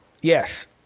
Yes